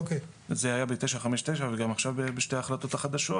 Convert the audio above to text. זה היה ב-959 וגם עכשיו בשתי ההחלטות החדשות,